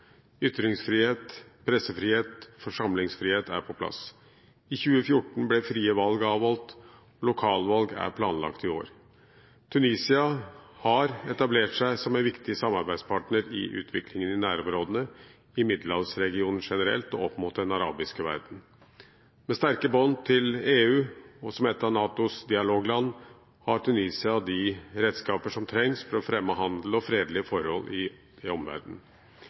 Ytringsfrihet, pressefrihet og forsamlingsfrihet er på plass. I 2014 ble frie valg avholdt, og lokalvalg er planlagt i år. Tunisia har etablert seg som en viktig samarbeidspartner i utviklingen i nærområdene, i middelhavsregionen generelt og opp mot den arabiske verdenen. Med sterke bånd til EU og som et av NATOs dialogland har Tunisia de redskaper som trengs for å fremme handel og fredelige forhold i